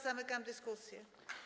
Zamykam dyskusję.